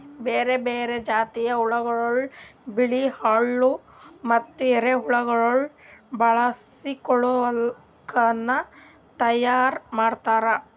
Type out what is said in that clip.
ಬೇರೆ ಬೇರೆ ಜಾತಿದ್ ಹುಳಗೊಳ್, ಬಿಳಿ ಹುಳ ಮತ್ತ ಎರೆಹುಳಗೊಳ್ ಬಳಸಿ ಕೊಳುಕನ್ನ ತೈಯಾರ್ ಮಾಡ್ತಾರ್